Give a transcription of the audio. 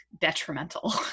detrimental